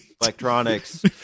electronics